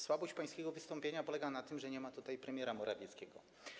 Słabość pańskiego wystąpienia polega na tym, że nie ma tutaj premiera Morawieckiego.